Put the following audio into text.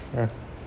right